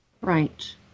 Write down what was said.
Right